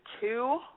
two